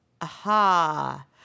Aha